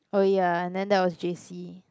oh ya and then that was J_C